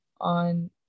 on